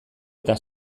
eta